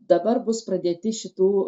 dabar bus pradėti šitų